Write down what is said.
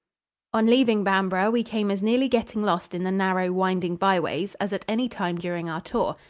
on leaving bamborough we came as nearly getting lost in the narrow, winding byways as at any time during our tour.